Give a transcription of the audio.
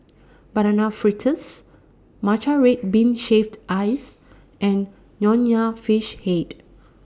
Banana Fritters Matcha Red Bean Shaved Ice and Nonya Fish Head